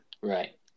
Right